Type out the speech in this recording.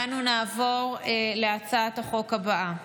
אנו נעבור להצעת החוק הבאה,